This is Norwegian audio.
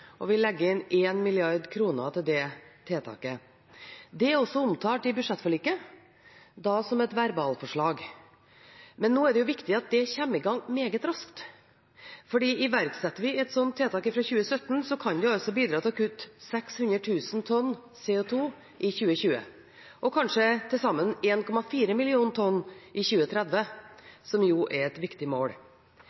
og vi legger inn 1 mrd. kr til det tiltaket. Det er også omtalt i budsjettforliket, da som et verbalforslag. Men nå er det viktig at det kommer i gang meget raskt, for iverksetter vi et slikt tiltak fra 2017, kan det altså bidra til å kutte 600 000 tonn CO 2 i 2020, og kanskje til sammen 1,4 millioner tonn i 2030,